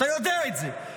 אתה יודע את זה.